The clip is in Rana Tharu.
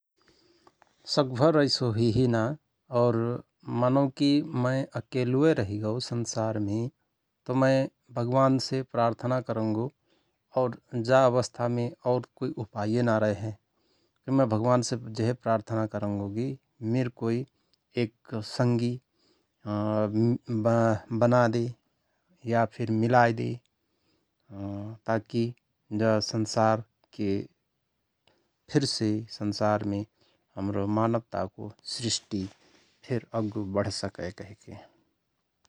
सकभर ऐसो हुईहि ना । और मानौकि मय अकेलुय रहिगओ संसारमे । तओ मय भगवानसे प्रार्थना करंगो और जा अवस्थामो और कुई उपाईय ना रयहय । मय भगवानसे जहे प्रार्थना करंगो कि मिर कोई एक संगी बनादे या फिर मिलाएदे । ताकि जा संसार के फिरसे संसारमे हमरो मानवताको सृष्टि फिर अग्गु बढसकय कहिके ।